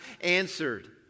answered